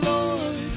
Lord